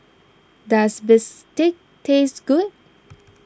does Bistake taste good